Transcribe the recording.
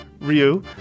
ryu